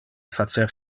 facer